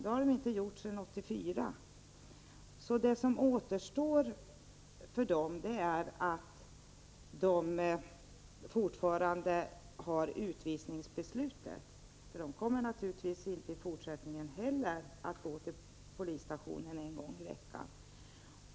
Det har de inte gjort sedan 1984. De har fortfarande ett utvisningsbeslut över sig. De kommer naturligtvis inte heller i fortsättningen att anmäla sig på polisstationen en gång i veckan.